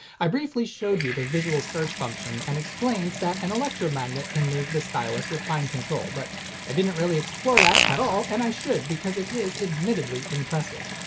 i briefly showed you the visual search function and explained that an electromagnet can move the stylus with fine control, but i didn't really explore that at all and i should because it is admittedly impressive.